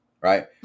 right